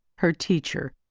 her teacher,